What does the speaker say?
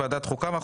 ועדת החוקה?